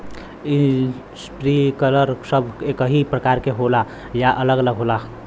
Sprinkler सब एकही प्रकार के होला या अलग अलग होला?